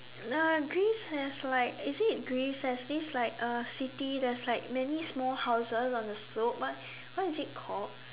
the Greece has like is it Greece has this like uh city that's like many small houses on the slope what what is it called